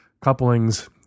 couplings